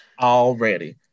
already